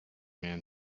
man